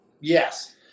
Yes